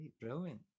brilliant